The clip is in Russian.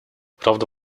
правда